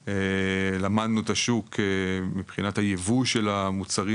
למדנו את השוק מבחינת היבוא של המוצרים